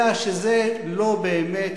יודע שזה לא באמת